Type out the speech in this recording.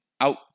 out